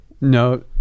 No